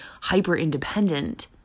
hyper-independent